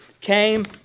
came